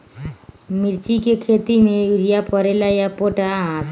मिर्ची के खेती में यूरिया परेला या पोटाश?